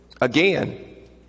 again